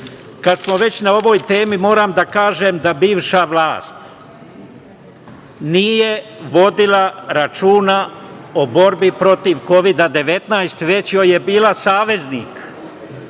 smo već na ovoj temi, moram da kažem da bivša vlast nije vodila računa o borbi protiv Kovida 19, već joj je bila saveznik.